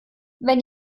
wenn